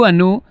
Anu